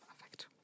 Perfect